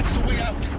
way out!